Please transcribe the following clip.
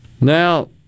Now